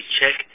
check